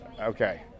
okay